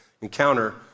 encounter